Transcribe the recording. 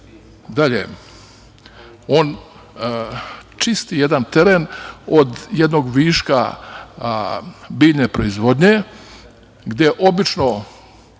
on čisti jedan teren od jednog viška biljne proizvodnje, gde obično